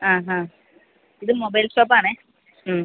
ആ ആ ഇത് മൊബൈൽ ഷോപ്പ് ആണേ മ്മ്